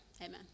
Amen